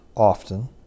Often